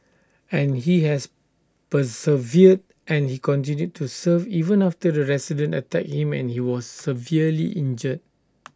and he has persevered and he continued to serve even after the resident attacked him and he was severely injured